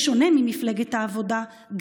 בשונה ממפלגת העבודה,